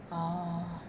orh